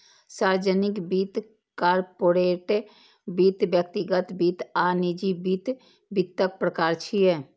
सार्वजनिक वित्त, कॉरपोरेट वित्त, व्यक्तिगत वित्त आ निजी वित्त वित्तक प्रकार छियै